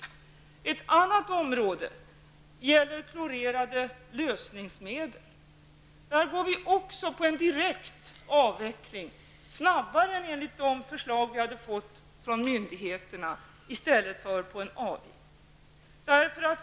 Ett annat område gäller klorerade lösningsmedel. Även där går vi in för en direkt avveckling, som är snabbare än den som har föreslagits av myndigheterna, i stället för att satsa på en avgift.